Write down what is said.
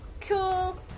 Cool